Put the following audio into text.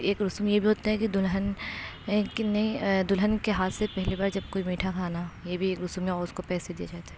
ایک رسم یہ بھی ہوتا ہے کہ دلہن ایک نے دلہن کے ہاتھ سے پہلی بار جب کوئی میٹھا کھانا یہ بھی ایک رسم ہے اور اس کو پیسے دیئے جاتے